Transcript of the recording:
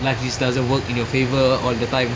life is doesn't work in your favour all the time